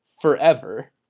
forever